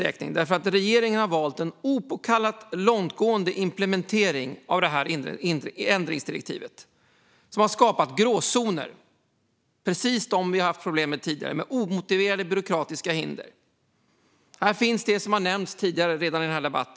Regeringen har nämligen valt en opåkallat långtgående implementering av detta ändringsdirektiv som har skapat gråzoner, precis sådana som vi har haft problem med tidigare och som innebär omotiverade byråkratiska hinder. Här finns det som har nämnts tidigare i denna debatt.